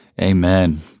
Amen